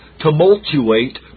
tumultuate